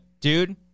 dude